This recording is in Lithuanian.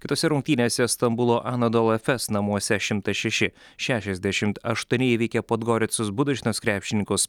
kitose rungtynėse stambulo anodolu efes namuose šimtas šeši šešiasdešimt aštuoni įveikė podgoricos budočnost krepšininkus